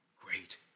great